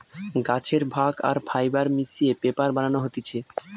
গাছের ভাগ আর ফাইবার মিশিয়ে পেপার বানানো হতিছে